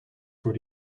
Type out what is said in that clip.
voor